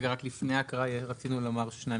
משרד האנרגיה הניח את תיקון התקנות ועדכונן עם